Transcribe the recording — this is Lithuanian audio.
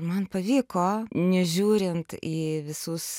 man pavyko nežiūrint į visus